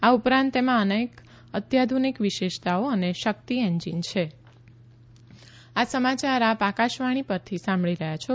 આ ઉપરાંત તેમાં અનેક અત્યાધુનીક વિશેષતાઓ અને શકિત એન્જીન છે કોરોના અપીલ આ સમાચાર આપ આકાશવાણી પરથી સાંભળી રહ્યા છો